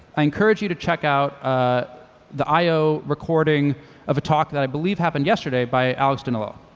i encourage you to check out the i o recording of a talk that i believe happened yesterday by alex danilo.